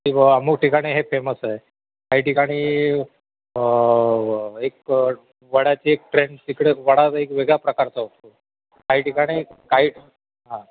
की बॉ अमूक ठिकाणी हे फेमस आहे काही ठिकाणी एक वड्याची एक ट्रेंड तिकडे वडा एक वेगळ्या प्रकारचा होतो काही ठिकाणी काही हां